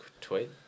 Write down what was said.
tweet